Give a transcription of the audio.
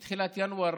מתחילת ינואר,